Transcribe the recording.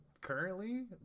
currently